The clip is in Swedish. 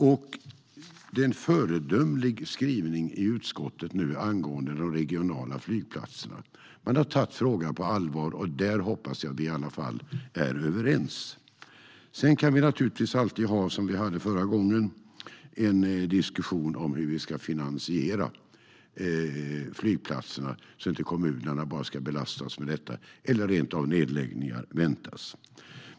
Det finns en föredömlig skrivning i utskottet angående de regionala flygplatserna. Man har tagit frågan på allvar, och jag hoppas att vi i alla fall är överens om detta. Sedan kan vi alltid, som vi gjorde förra gången, föra en diskussion om hur flygplatserna ska finansieras så att inte endast kommunerna ska belastas med detta eller så att det inte rent av leder till nedläggningar.